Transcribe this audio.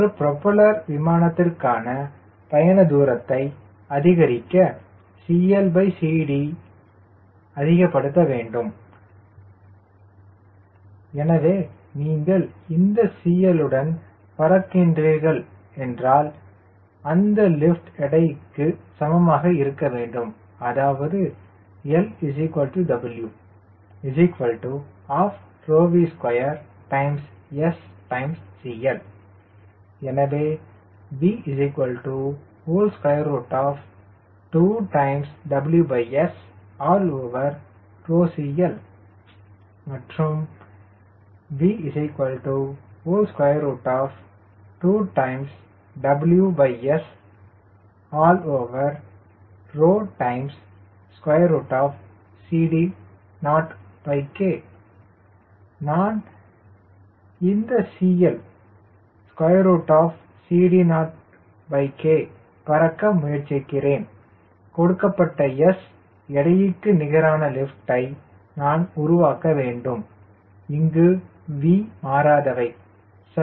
ஒரு புரோப்பல்லர் விமானத்திற்கான பயண தூரத்தை அதிகரிக்க CLCD அதிகப்படுத்த வேண்டும் எனவே நீங்கள் இந்த CL உடன் பறக்கிறீர்கள் என்றால் அந்த லிப்ட் எடைக்கு சமமாக இருக்க வேண்டும் அதாவது LW12V2SCL எனவே V2WSCL மற்றும் V2WS CD0K நான் இந்த CL இல் CD0K பறக்க முயற்சிக்கிறேன் கொடுக்கப்பட்ட S எடைக்கு நிகரான லிப்டை நீங்கள் உருவாக்க வேண்டும் இங்கு V மாறாதவை சரி